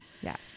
Yes